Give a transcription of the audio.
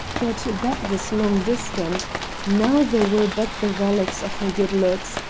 but that was long distant now there were but the relics of her good looks,